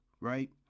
right